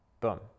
Boom